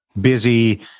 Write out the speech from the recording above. busy